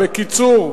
בקיצור,